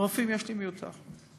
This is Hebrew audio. רופאים, יש לי מיותרים.